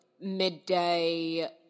midday